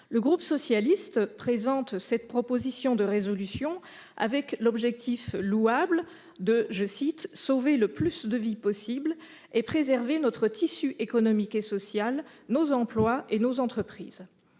Le groupe socialiste présente cette proposition de résolution avec l'objectif louable de « sauver le plus de vies possible et préserver notre tissu économique et social, nos emplois et nos entreprises »,